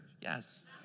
yes